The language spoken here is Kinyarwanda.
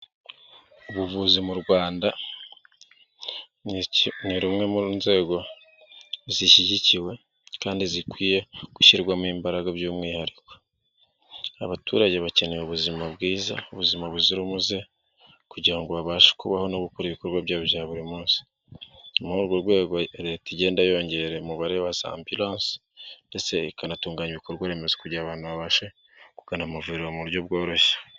Ubuvuzi mu Rwanda ni rumwe mu nzego zishyigikiwe kandi zikwiye gushyirwamo imbaraga by'umwihariko, abaturage bakeneye ubuzima bwiza ubuzima buzira umuze kugira babashe kubaho no gukora ibikorwa byabo bya buri munsi. Muri urwo rwego leta igenda yongera umubare waza ambiranse ndetse ikanatunganya ibikorwa remezo kugira babashe kugana amavuriro mu buryo bworoshye.